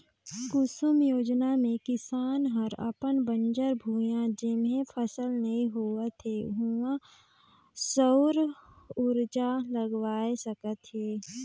कुसुम योजना मे किसान हर अपन बंजर भुइयां जेम्हे फसल नइ होवत हे उहां सउर उरजा लगवाये सकत हे